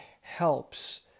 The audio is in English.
helps